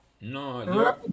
No